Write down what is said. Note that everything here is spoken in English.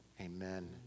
Amen